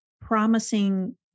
promising